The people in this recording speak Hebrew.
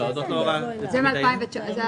לא, זה היה